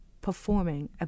performing